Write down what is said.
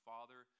Father